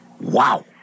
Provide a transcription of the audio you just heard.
Wow